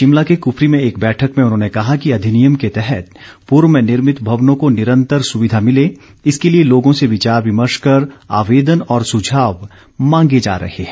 शिमला के कुफरी में एक बैठक में उन्होंने कहा कि अधिनियम के तहत पूर्व में निर्मित भवनों को निरंतर सुविधा मिले इसके लिए लोगों से विचार विमर्श कर आवेदन और सुझाव मांगे जा रहे हैं